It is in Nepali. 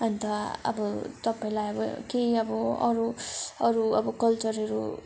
अन्त अब तपाईँलाई अब केही अब अरू अरू अब कल्चरहरू